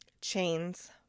chains